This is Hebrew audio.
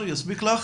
יספיקו לך?